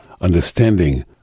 understanding